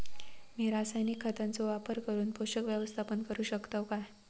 मी रासायनिक खतांचो वापर करून पोषक व्यवस्थापन करू शकताव काय?